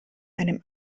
einem